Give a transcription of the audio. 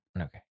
Okay